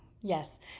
Yes